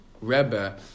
Rebbe